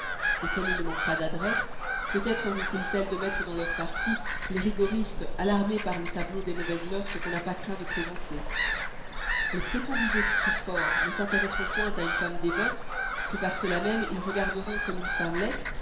nuire comme ils ne manquent pas d'adresse peut-être auront-ils celle de mettre dans leur parti les rigoristes alarmés par le tableau des mauvaises mœurs qu'on n'a pas craint de présenter les prétendus esprits forts ne s'intéresseront point à une femme dévote que par cela même ils regarderont comme une femmelette